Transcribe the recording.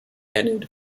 ended